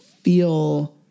feel